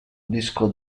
disco